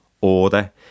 order